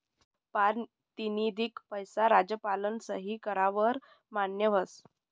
पारतिनिधिक पैसा राज्यपालना सही कराव वर मान्य व्हस